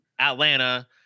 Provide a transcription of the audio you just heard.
Atlanta